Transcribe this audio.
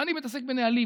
אני מתעסק בנהלים.